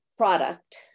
Product